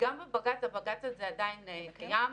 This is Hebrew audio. הבג"ץ הזה עדיין קיים,